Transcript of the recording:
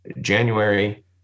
January